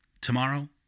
Tomorrow